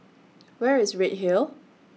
Where IS Redhill